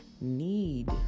need